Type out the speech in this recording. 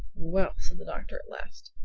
well, said the doctor at last,